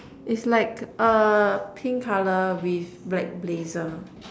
it's like err pink colour with black blazer